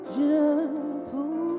gentle